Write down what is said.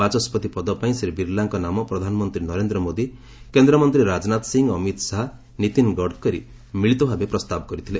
ବାଚସ୍କତି ପଦ ପାଇଁ ଶ୍ରୀ ବିର୍ଲାଙ୍କ ନାମ ପ୍ରଧାନମନ୍ତ୍ରୀ ନରେନ୍ଦ୍ର ମୋଦୀ କେନ୍ଦ୍ରମନ୍ତ୍ରୀ ରାଜନାଥ ସିଂହ ଅମିତ ଶାହା ନୀତିନ ଗଡ଼କରୀ ମିଳିତ ଭାବେ ପ୍ରସ୍ତାବ କରିଥିଲେ